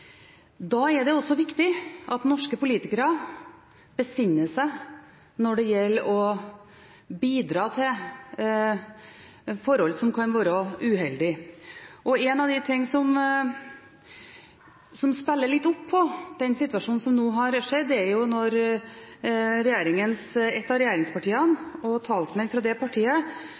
er også viktig at norske politikere besinner seg når det gjelder å bidra til forhold som kan være uheldig. Noe av det som spiller litt på den situasjonen som nå har skjedd, er når talsmenn for et av